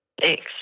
thanks